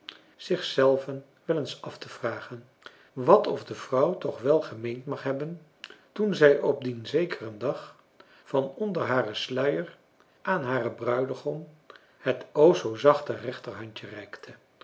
zelven wel eens afvragen wat of de vrouw toch wel gemeend mag hebben toen zij op dien zekeren dag van onder haren sluier aan haren bruidegom het o zoo zachte rechterhandje